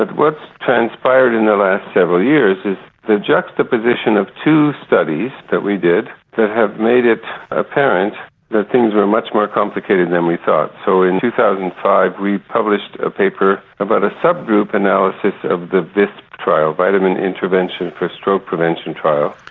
what's transpired in the last several years is the juxtaposition of two studies that we did that have made it apparent that things were much more complicated than we thought. so in two thousand and five we published a paper about a sub-group analysis of the visp trial, vitamin intervention for stroke prevention trial.